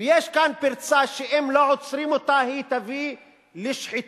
ויש כאן פרצה שאם לא עוצרים אותה היא תביא לשחיתות.